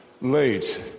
late